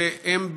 והם,